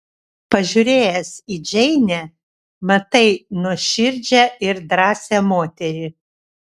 pažiūrėjęs į džeinę matai nuoširdžią ir drąsią moterį